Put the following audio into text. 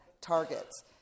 targets